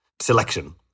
Selection